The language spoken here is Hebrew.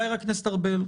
חבר הכנסת ארבל,